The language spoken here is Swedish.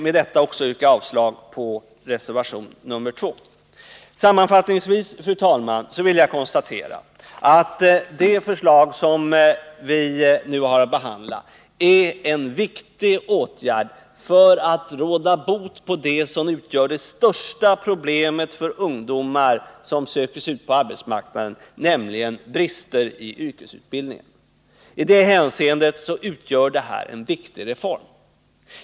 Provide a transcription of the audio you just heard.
Med detta yrkar jag avslag på reservation 2 vid arbetsmarknadsutskottets betänkande. Sammanfattningsvis, fru talman, vill jag konstatera att det förslag som vi nu har att ta ställning till innebär en viktig åtgärd som syftar till att råda bot på det som utgör det största problemet för de ungdomar som söker sig ut på arbetsmarknaden, nämligen deras bristfälliga yrkesutbildning. I det hänseendet utgör förslaget en viktig reform.